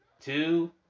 two